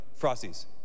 Frosties